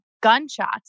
gunshots